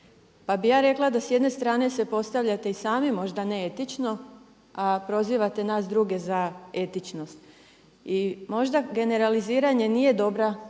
Pa bih ja rekla da s jedne strane se postavljate i sami možda neetično, a prozivate nas druge za etičnost. I možda generaliziranje nije dobar